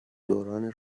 دوران